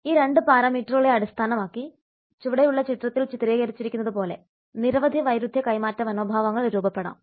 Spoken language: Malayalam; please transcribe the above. ഈ 2 പരാമീറ്ററുകളെ അടിസ്ഥാനമാക്കി ചുവടെയുള്ള ചിത്രത്തിൽ ചിത്രീകരിച്ചിരിക്കുന്നതു പോലെ നിരവധി വൈരുദ്ധ്യ കൈമാറ്റ മനോഭാവങ്ങൾ രൂപപ്പെടാം